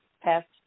past